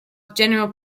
general